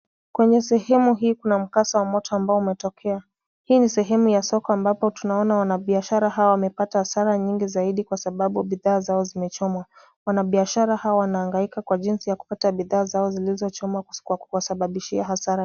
Kwenye sehemu hii kuna mkasa wa moto ambao umetokea. Hii ni sehemu ya soko ambapo tunaona wafanyibiashara hawa wamepata hasara nyingi zaidi kwa sababu bidhaa zao zimechomwa. Wanabiashara hawa wanahangaika kwa jinsi ya kupata bidhaa zao zilizochomwa kwa kuwasababishia hasara.